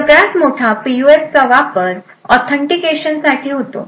सगळ्यात मोठा पीयूएफचा वापर ऑथेंटिकेशन साठी होतो